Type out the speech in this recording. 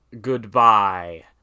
Goodbye